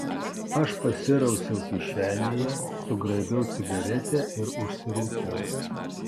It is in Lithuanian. aš pasirausiau kišenėje sugraibiau cigaretę ir užsirūkiau